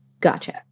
Gotcha